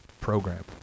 program